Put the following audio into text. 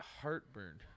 heartburn